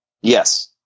Yes